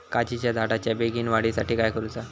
काजीच्या झाडाच्या बेगीन वाढी साठी काय करूचा?